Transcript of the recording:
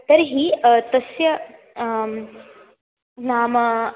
तर्हि तस्य नाम